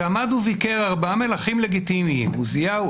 שעמד וביקר ארבעה מלכים לגיטימיים: עוזיהו,